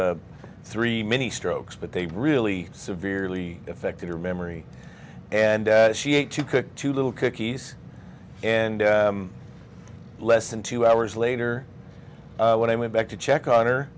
three mini strokes but they really severely affected her memory and she ate to cook two little cookies and less than two hours later when i went back to check on her